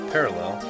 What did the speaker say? Parallel